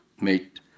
made